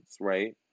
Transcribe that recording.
right